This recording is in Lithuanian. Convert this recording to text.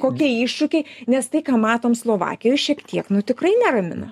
kokie iššūkiai nes tai ką matom slovakijoj šiek tiek nu tikrai neramina